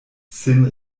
sin